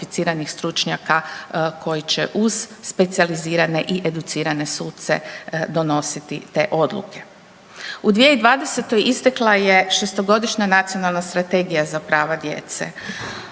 U 2020. istekla je 6-to godišnja nacionalna strategija za prava djece.